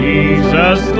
Jesus